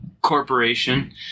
corporation